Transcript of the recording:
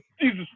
Jesus